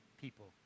people